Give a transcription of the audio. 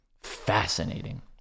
fascinating